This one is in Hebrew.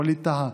ווליד טאהא